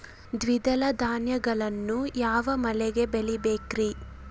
ದ್ವಿದಳ ಧಾನ್ಯಗಳನ್ನು ಯಾವ ಮಳೆಗೆ ಬೆಳಿಬೇಕ್ರಿ?